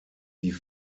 die